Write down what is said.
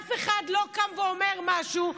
ואף אחד לא קם ואומר משהו,